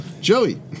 Joey